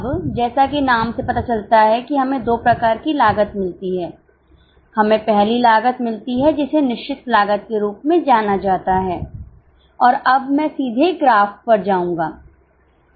अब जैसा कि नाम से पता चलता है कि हमें दो प्रकार की लागत मिलती है हमें पहली लागत मिलती है जिसे निश्चित लागत के रूप में जाना जाता है और अब मैं सीधे ग्राफ पर जाऊँगा